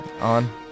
on